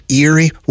eerie